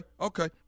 Okay